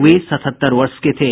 वे सतहत्तर वर्ष के थे